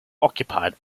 occupied